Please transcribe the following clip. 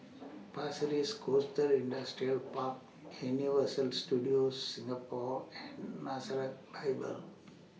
Pasir Ris Coast Industrial Park Universal Studios Singapore and Nazareth Bible